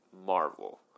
Marvel